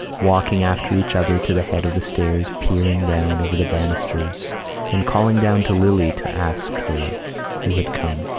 walking after each other to the head of the stairs, peering down over the banisters and calling down to lily to ask her who had come.